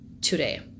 today